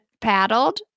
paddled